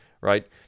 Right